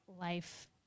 life